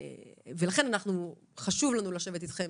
לכן חשוב לנו לשבת איתכם,